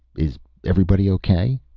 is everybody okay?